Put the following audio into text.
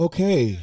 Okay